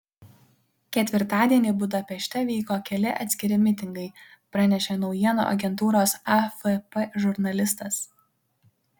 ketvirtadienį budapešte vyko keli atskiri mitingai pranešė naujienų agentūros afp žurnalistas